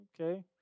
Okay